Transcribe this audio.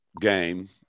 game